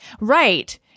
right